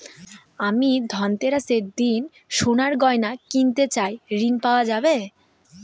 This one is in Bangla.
আমি ধনতেরাসের দিন সোনার গয়না কিনতে চাই ঝণ পাওয়া যাবে?